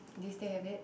do you still have it